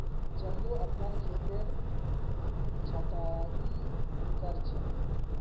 चंदू अपनार खेतेर छटायी कर छ